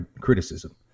criticism